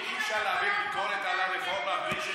אי-אפשר להעביר ביקורת על הרפורמה בלי,